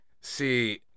See